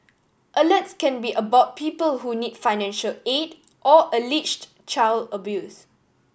alerts can be about people who need financial aid or alleged child abuse